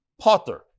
potter